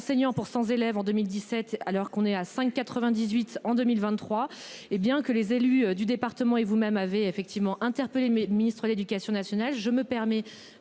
enseignants pour 100 élèves en 2017 alors qu'on est à 5 98 en 2023. Hé bien que les élus du département et vous-même avez effectivement interpellé Ministre de l'Éducation nationale. Je me permets